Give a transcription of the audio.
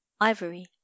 ivory